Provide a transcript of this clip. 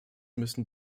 müssen